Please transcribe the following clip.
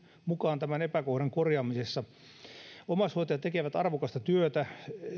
mukaan tämän epäkohdan korjaamiseen omaishoitajat tekevät arvokasta työtä